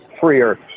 freer